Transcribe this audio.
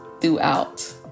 throughout